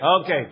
Okay